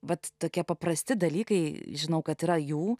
vat tokie paprasti dalykai žinau kad yra jų